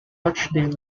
rochdale